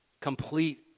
complete